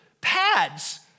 pads